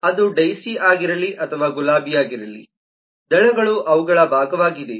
ಅದು ಡೈಸಿ ಆಗಿರಲಿ ಅಥವಾ ಗುಲಾಬಿಯಾಗಿರಲಿ ದಳಗಳು ಅವುಗಳ ಭಾಗವಾಗಿದೆ